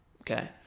okay